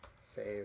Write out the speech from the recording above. save